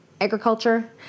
agriculture